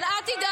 אבל אל תדאג.